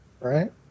Right